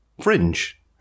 fringe